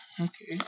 okay